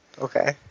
Okay